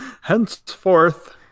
henceforth